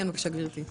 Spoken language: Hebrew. אני מהנציבות.